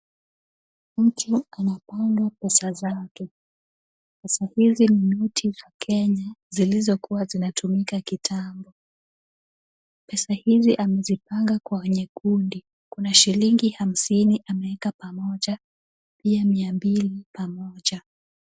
Mtu anapanga pesa zake. Pesa hizi ni noti za Kenya zilizokuwa zinatumika kitambo. Pesa hizi amezipanga kwenye kundi kuna shilingi hamsini ameweka pamoja pia mia mbili pamoja.